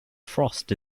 frost